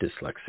dyslexia